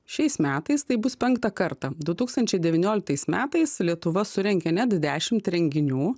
šiais metais tai bus penktą kartą du tūkstančiai devynioliktais metais lietuva surengė net dešimt renginių